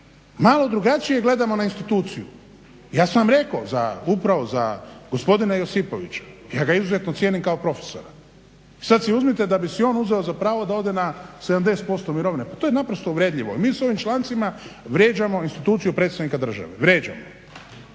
malo drugačije gledamo na instituciju. Ja sam vam rekao upravo za gospodina Josipvića ja ga izuzetno cijenim kao profesora. I sada si uzmite da bi si on uzeo za pravo da ode na 70% mirovine. Pa to je naprosto uvredljivo. Mi sa ovim člancima vrijeđamo instituciju predsjednika države, vrijeđamo.